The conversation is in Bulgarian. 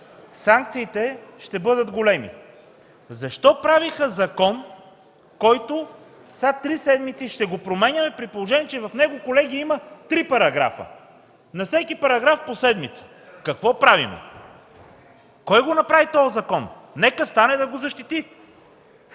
Санкциите ще бъдат големи. Защо правиха закон, който сега три седмици ще променяме, при положение че в него, колеги, има три параграфа? На всеки параграф по седмица. Какво правим? Кой го направи този закон? Нека стане да го защити!